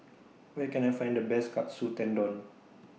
Where Can I Find The Best Katsu Tendon